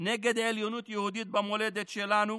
נגד עליונות יהודית במולדת שלנו,